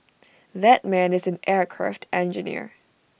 that man is an aircraft engineer